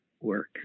work